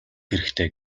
хэрэгтэй